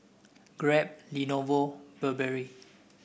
Grab Lenovo Burberry